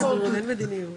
אין תכנון, אין מדיניות.